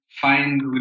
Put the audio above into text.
find